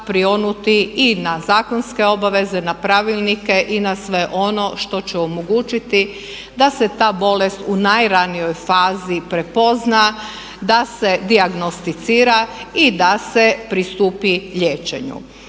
prionuti i na zakonske obveze, na pravilnike, i na sve ono što će omogućiti da se ta bolest u najranijoj fazi prepozna, da se dijagnosticira i da se pristupi liječenju.